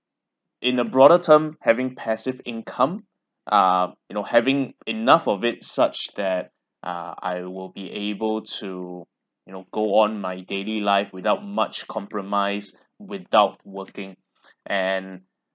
in a broader term having passive income ah you know having enough of it such that ah I will be able to you know go on my daily life without much compromise without working and